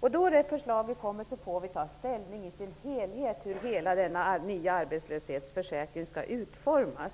Då det förslaget kommer får vi ta ställning till hur hela denna nya arbetslöshetsförsäkring skall utformas.